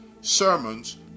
sermons